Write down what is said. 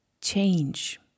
change